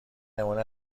نمونه